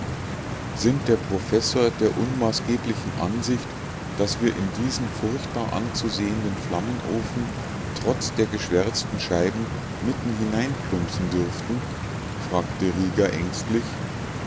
sind der herr professor der unmaßgeblichen ansicht daß wir in diesen furchtbar anzusehenden flammenofen trotz der geschwärzten scheiben mitten hinein plumpsen dürften fragte rieger ängstlich